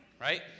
right